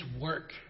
work